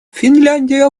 финляндия